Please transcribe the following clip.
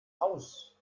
aus